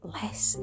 less